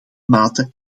maten